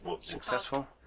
Successful